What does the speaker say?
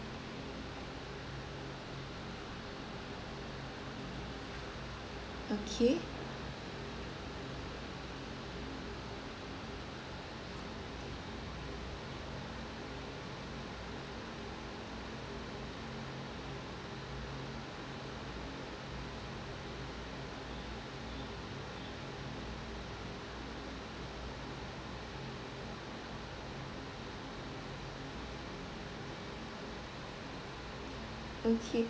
okay okay